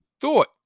thought